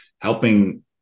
helping